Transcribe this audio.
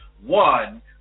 One